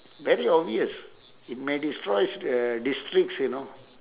very obvious it might destroys uh districts you know